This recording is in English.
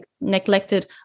neglected